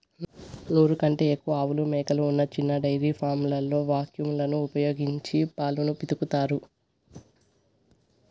నూరు కంటే ఎక్కువ ఆవులు, మేకలు ఉన్న చిన్న డెయిరీ ఫామ్లలో వాక్యూమ్ లను ఉపయోగించి పాలను పితుకుతారు